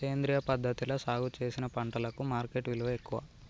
సేంద్రియ పద్ధతిలా సాగు చేసిన పంటలకు మార్కెట్ విలువ ఎక్కువ